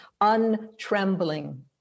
untrembling